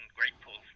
grateful